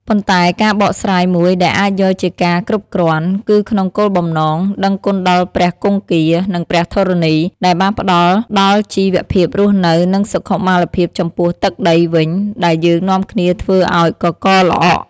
ប៉ុន្តែ ការបកស្រាយមួយដែលអាចយកជាការគ្រប់គ្រាន់ គឺក្នុងគោលបំណង «ដឹងគុណដល់ព្រះគង្គា និងព្រះធរណី ដែលបានផ្តល់ដល់ជីវភាពរស់នៅ និងសុខុមាលភាពចំពោះទឹកដីវិញដែលយើងនាំគ្នាធ្វើឱ្យកករល្អក់»។